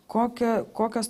kokią kokias